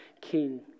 king